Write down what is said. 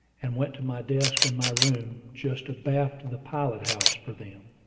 and went to my desk in my room, just abaft the pilot-house, for them.